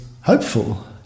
hopeful